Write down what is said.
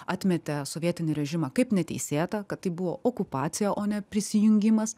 atmetė sovietinį režimą kaip neteisėtą kad tai buvo okupacija o ne prisijungimas